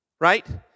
Right